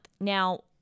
now